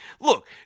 look